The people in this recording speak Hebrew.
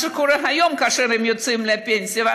מה שקורה היום כאשר הם יוצאים לפנסיה,